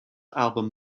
album